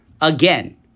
again